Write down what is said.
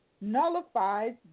nullifies